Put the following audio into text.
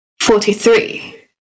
Forty-three